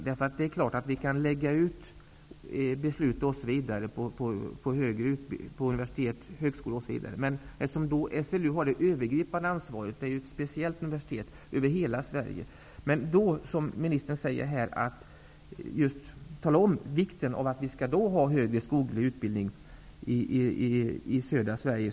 Det är klart att vi kan lägga ut beslutanderätten på universitet och högskolor, men eftersom SLU har det övergripande ansvaret -- det är ett speciellt universitet -- över utbildningen i hela Sverige måste vi tala om just vikten av att det finns högre skoglig utbildning också i södra Sverige.